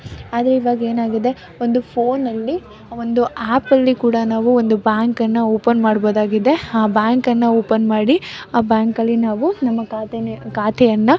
ಆದರೆ ಈವಾಗ ಏನಾಗಿದೆ ಒಂದು ಫೋನಲ್ಲಿ ಒಂದು ಆ್ಯಪಲ್ಲಿ ಕೂಡ ನಾವು ಒಂದು ಬ್ಯಾಂಕನ್ನು ಓಪನ್ ಮಾಡ್ಬೋದಾಗಿದೆ ಆ ಬ್ಯಾಂಕನ್ನು ಓಪನ್ ಮಾಡಿ ಆ ಬ್ಯಾಂಕಲ್ಲಿ ನಾವು ನಮ್ಮ ಖಾತೆಯೇ ಖಾತೆಯನ್ನು